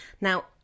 Now